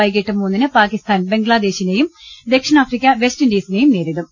വൈകിട്ട് മൂന്നിന് പാക്കി സ്ഥാൻ ബംഗ്ലാദേശിനേയും ദക്ഷിണാഫ്രിക്ക വെസ്റ്റ് ഇൻഡീ നേയും നേരിടും